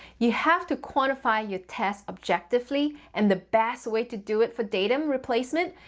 you have to quantify your test objectively, and the best way to do it for datem replacement,